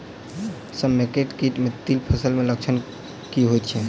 समेकित कीट केँ तिल फसल मे लक्षण की होइ छै?